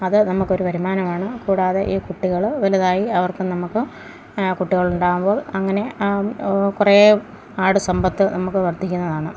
അത് നമുക്കൊരു വരുമാനമാണ് കൂടാതെ ഈ കുട്ടികൾ വലുതായി അവർക്ക് നമുക്ക് കുട്ടികൾ ഉണ്ടാകുമ്പോൾ അങ്ങനെ കുറേ ആട് സമ്പത്ത് നമുക്ക് വർദ്ധിക്കുന്നതാണ്